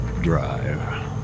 drive